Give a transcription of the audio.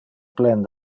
plen